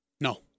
No